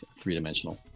three-dimensional